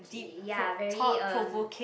ya very uh